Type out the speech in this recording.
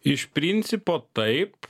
iš principo taip